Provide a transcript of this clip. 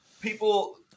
people